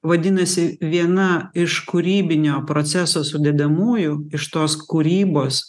vadinasi viena iš kūrybinio proceso sudedamųjų iš tos kūrybos